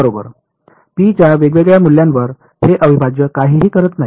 P च्या वेगवेगळ्या मूल्यांवर हे अविभाज्य काहीही करत नाही